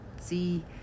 see